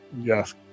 yes